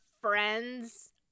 friends